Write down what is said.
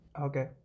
okay